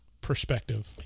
perspective